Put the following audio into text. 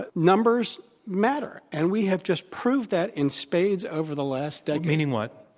but numbers matter, and we have just proved that in spades over the last decade. meaning what?